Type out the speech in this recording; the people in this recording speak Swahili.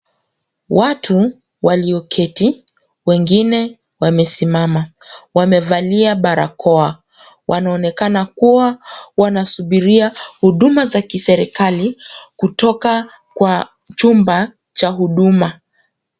Watu walioketi wengine wamesimama. Wamevalia barakoa. Wanaonekana kuwa wanasubiria huduma za kiserikali kutoka kwa chumba cha huduma.